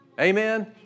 Amen